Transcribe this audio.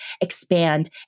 expand